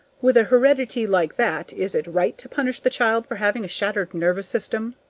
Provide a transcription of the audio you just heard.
with a heredity like that, is it right to punish the child for having a shattered nervous system?